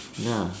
ya